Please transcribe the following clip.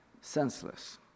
senseless